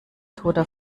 toter